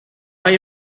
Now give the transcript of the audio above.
hay